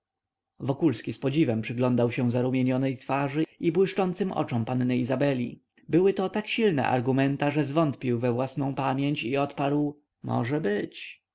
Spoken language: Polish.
wokulski z podziwem przypatrywał się zarumienionej twarzy i błyszczącym oczom panny izabeli byłyto tak silne argumenta że zwątpił we własną pamięć i odparł może być